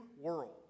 world